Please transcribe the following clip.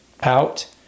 out